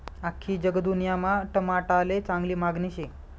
आख्खी जगदुन्यामा टमाटाले चांगली मांगनी शे